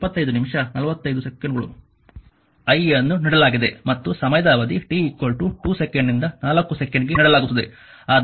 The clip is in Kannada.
i ಅನ್ನು ನೀಡಲಾಗಿದೆ ಮತ್ತು ಸಮಯದ ಅವಧಿಯನ್ನು t 2 ಸೆಕೆಂಡ್ನಿಂದ 4 ಸೆಕೆಂಡ್ಗೆ ನೀಡಲಾಗುತ್ತದೆ